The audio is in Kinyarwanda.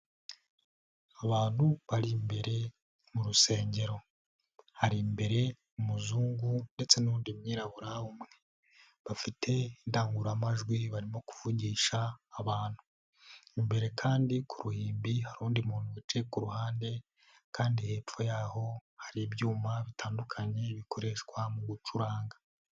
Abantu bari imbere mu rusengero, harimbere umuzungu ndetse n'undi mwirabura umwe, bafite indangurumajwi barimo kuvugisha abantu, imbere kandi ku ruhimbi hari undi muntu wicaye ku ruhande, kandi hepfo yaho hari ibyuma bitandukanye bikoreshwa mu gucuranga.